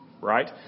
right